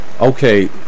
okay